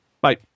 bye